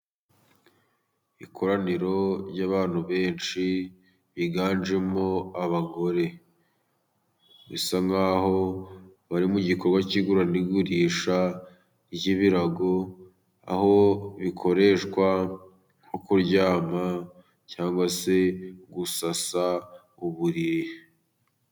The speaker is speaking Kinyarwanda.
Ikoraniro ry'abantu benshi biganjemo abagore, bisa nkaho bari mu gikorwa cy'igura n'igurisha ry'ibirago. Aho bikoreshwa nko kuryama cyangwa se gusasa uburiri.